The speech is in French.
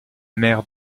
mère